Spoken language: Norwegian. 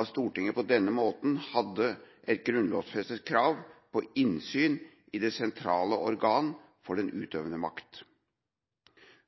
at Stortinget på denne måten hadde et grunnlovfestet krav på innsyn i det sentrale organ for den utøvende makt.